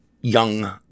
young